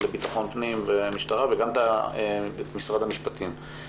לביטחון הפנים והמשטרה וגם את משרד המשפטים.